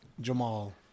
Jamal